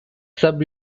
sub